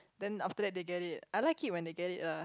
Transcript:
then after that they get it I like it when they get it lah